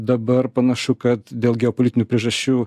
dabar panašu kad dėl geopolitinių priežasčių